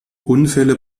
unfälle